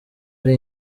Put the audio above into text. ari